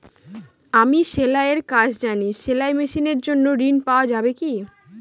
আমি সেলাই এর কাজ জানি সেলাই মেশিনের জন্য ঋণ পাওয়া যাবে কি?